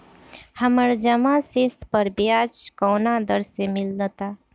हमार जमा शेष पर ब्याज कवना दर से मिल ता?